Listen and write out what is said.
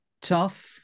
tough